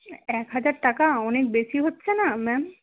এক হাজার টাকা অনেক বেশি হচ্ছে না ম্যাম